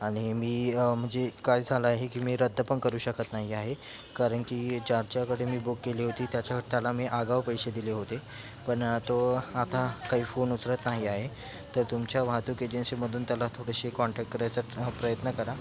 आणि मी म्हणजे काय झालं आहे की मी रद्द पण करू शकत नाही आहे कारण की ज्याच्याकडे मी बुक केली होती त्याच्या त्याला मी आगाऊ पैसे दिले होते पण तो आता काही फोन उचलत नाही आहे तर तुमच्या वाहतूक एजन्सीमधून त्याला थोडीशी कॉन्टॅक्ट करायचा प्रयत्न करा